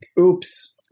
Oops